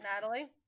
Natalie